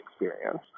experience